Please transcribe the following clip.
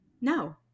no